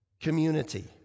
community